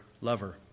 lover